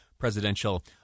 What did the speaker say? presidential